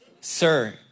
Sir